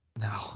No